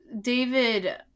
David